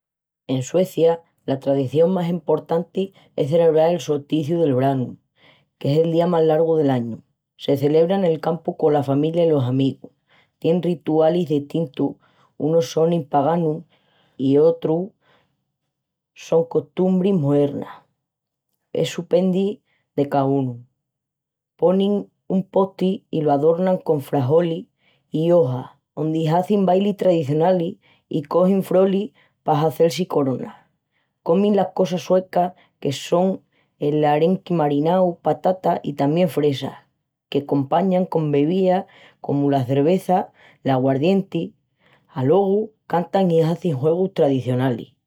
En Suecia la tradición más emportanti es celebral el solsticiu de branu, qu'es el día más largu del añu. Se celebra nel campu cola familia i los amigus. Tienin ritualis destintus, unus sonin paganus i sotrus son costumbris moernas. Essu pendi de caúnu. Ponin un posti i lo adornan con frolis i ojas, ondi hazin bailis tradicionalis i cogin frolis pa hazel-si coronas. Comin las cosas suecas, que son el arenqui marinau, patatas i tamién fresas, que compañan con bebía, comu la cerveza i l'auguardienti. Alogu cantan i hazin juegus tradicionalis.